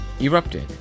erupted